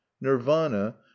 nirvana